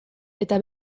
eta